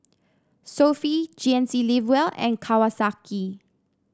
Sofy G N C Live Well and Kawasaki